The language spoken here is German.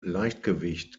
leichtgewicht